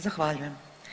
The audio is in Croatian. Zahvaljujem.